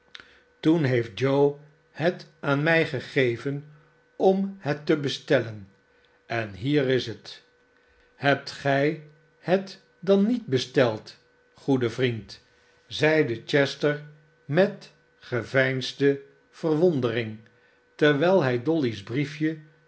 toen heeft joe het aan mij gegeven om het te bestellen en hier is het hebt gij het dan niet besteld goede vriend zeide chester met geveinsde verwondering terwijl hij dolly's briefje